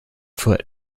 foot